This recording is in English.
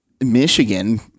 Michigan